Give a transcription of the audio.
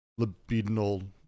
libidinal